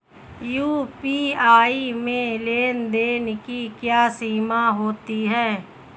UPI में लेन देन की क्या सीमा होती है?